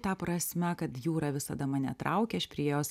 ta prasme kad jūra visada mane traukė aš prie jos